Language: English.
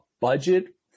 budget